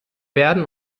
werden